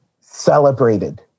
celebrated